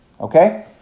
Okay